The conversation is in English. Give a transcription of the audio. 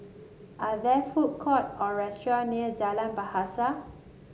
are there food court or restaurant near Jalan Bahasa